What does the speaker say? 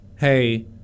hey